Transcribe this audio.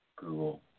Google